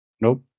Nope